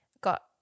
got